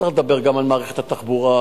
צריך לדבר גם על מערכת התחבורה,